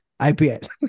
IPL